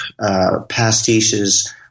pastiches